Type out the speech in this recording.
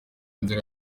inzira